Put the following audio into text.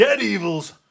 evil's